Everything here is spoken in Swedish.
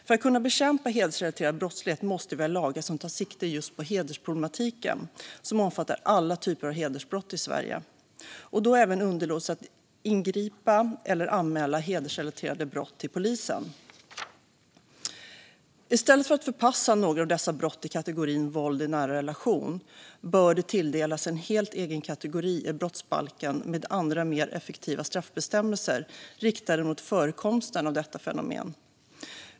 För att kunna bekämpa hedersrelaterad brottslighet måste vi ha lagar som tar sikte på just hedersproblematiken, som omfattar alla typer av hedersbrott i Sverige, även underlåtelse att ingripa eller anmäla hedersrelaterade brott till polisen. I stället för att några av dessa brott förpassas till kategorin våld i nära relation bör de tilldelas en helt egen kategori i brottsbalken med andra mer effektiva straffbestämmelser riktade mot förekomsten av detta fenomen.